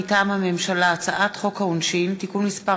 מטעם הממשלה: הצעת חוק העונשין (תיקון מס'